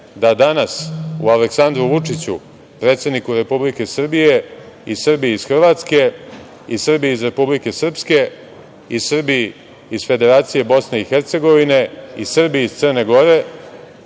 da danas u Aleksandru Vučiću, predsedniku Republike Srbije, i Srbi iz Republike Hrvatske i Srbi iz Federacije Bosne i Hercegovine i Srbi iz Crne Gore